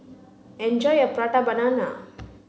enjoy your prata banana